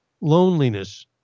loneliness